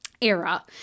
era